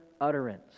utterance